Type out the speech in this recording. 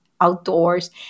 outdoors